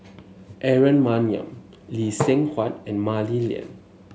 Aaron Maniam Lee Seng Huat and Mah Li Lian